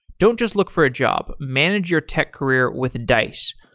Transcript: don't just look for a job, manage your tech career with dice.